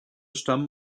stammen